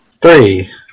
Three